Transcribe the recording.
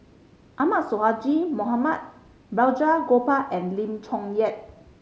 Ahmad Sonhadji Mohamad Balraj Gopal and Lim Chong Yah